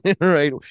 Right